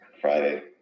Friday